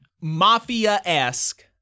mafia-esque